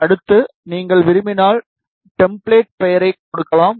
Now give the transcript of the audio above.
அடுத்து நீங்கள் விரும்பினால் டெம்ப்ளேட் பெயரைக் கொடுக்கலாம்